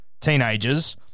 teenager's